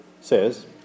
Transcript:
says